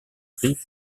rive